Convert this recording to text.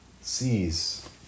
sees